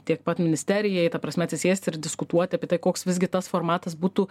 tiek pat ministerijai ta prasme atsisėst ir diskutuot apie tai koks visgi tas formatas būtų